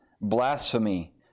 blasphemy